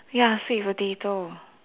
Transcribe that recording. ya sweet potato